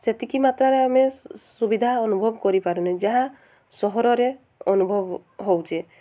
ସେତିକି ମାତ୍ରାରେ ଆମେ ସୁବିଧା ଅନୁଭବ କରିପାରୁନି ଯାହା ସହରରେ ଅନୁଭବ ହେଉଛେ